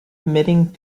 committing